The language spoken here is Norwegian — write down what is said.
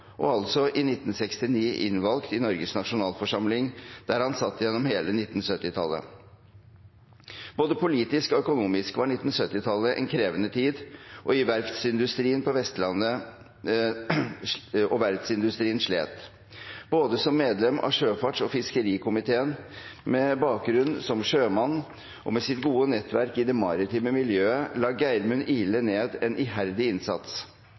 og altså – i 1969 – innvalgt i Norges nasjonalforsamling, der han satt gjennom hele 1970-tallet. Både politisk og økonomisk var 1970-tallet en krevende tid, og verftsindustrien på Vestlandet slet. Både som medlem av sjøfarts- og fiskerikomiteen, med bakgrunn som sjømann og med sitt gode nettverk i det maritime miljøet, la Geirmund Ihle ned en iherdig innsats.